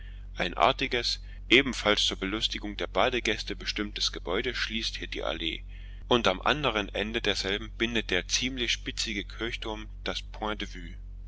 ein artiges ebenfalls zur belustigung der badegäste bestimmtes gebäude schließt hier die allee und am anderen ende derselben bildet der ziemlich spitzige kirchturm das